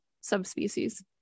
subspecies